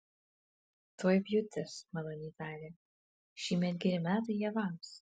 tuoj pjūtis maloniai tarė šįmet geri metai javams